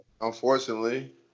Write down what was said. Unfortunately